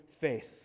faith